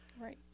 Right